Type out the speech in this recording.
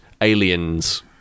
aliens